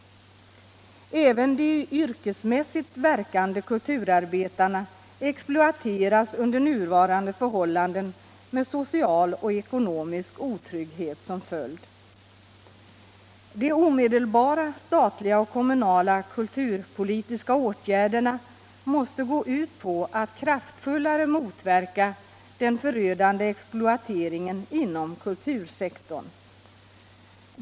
Även de yrkesmässigt verkande kulturarbetarna exploateras under nuvarande förhållanden, med social och ekonomisk otrygghet som följd. De omedelbara statliga och kommunala kulturpolitiska åtgärderna måste gå ut på att kraftfullare motverka den förödande exploateringen inom Kulturpolitiken Kulturpolitiken kultursektorn.